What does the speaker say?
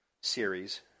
series